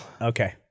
Okay